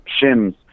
shims